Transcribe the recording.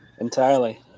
Entirely